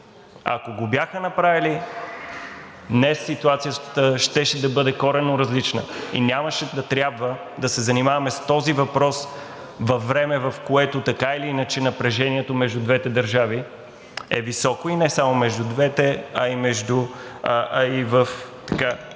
ако го бяха направили, днес ситуацията щеше да бъде коренно различна и нямаше да трябва да се занимаваме с този въпрос във време, в което така или иначе напрежението между двете държави е високо, и не само между двете, а и в